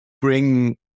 bring